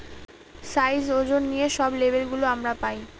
size, ওজন নিয়ে সব লেবেল গুলো আমরা পায়